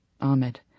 Ahmed